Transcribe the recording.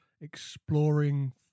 exploring